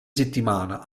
settimana